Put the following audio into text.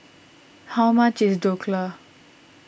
how much is Dhokla